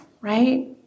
right